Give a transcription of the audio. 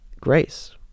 grace